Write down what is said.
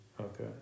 Okay